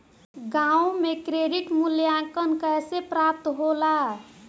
गांवों में क्रेडिट मूल्यांकन कैसे प्राप्त होला?